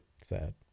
Sad